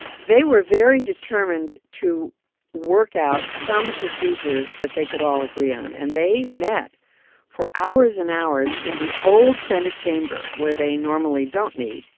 they were very determined to work out some procedures that they could all agree on. and they met for hours and hours in the old senate chamber, where they normally don't meet.